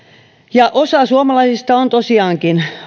ja osa suomalaisista vanhuksista on tosiaankin